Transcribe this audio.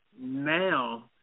now